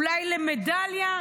אולי למדליה?